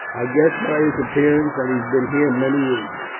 i guess by his appearance that he's been here many weeks.